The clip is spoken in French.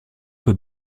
peu